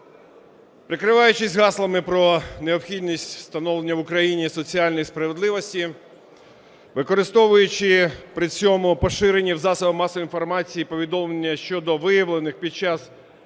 Прикриваючись гаслами про необхідність встановлення в Україні соціальної справедливості, використовуючи при цьому поширені в засобах масової інформації повідомлення щодо виявлених під час